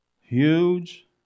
huge